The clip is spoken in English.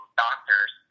doctors